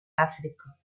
àfrica